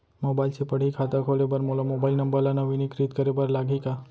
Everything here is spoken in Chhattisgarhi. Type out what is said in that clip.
मोबाइल से पड़ही खाता खोले बर मोला मोबाइल नंबर ल नवीनीकृत करे बर लागही का?